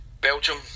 Belgium